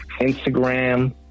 Instagram